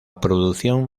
producción